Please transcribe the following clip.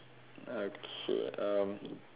okay